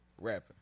Rapping